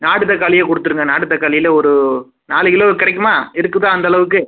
நாட்டு தக்காளியே கொடுத்துடுங்க நாட்டு தாக்களியில் ஒரு நாலு கிலோ கிடைக்குமா இருக்குதா அந்த அளவுக்கு